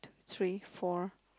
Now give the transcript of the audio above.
three four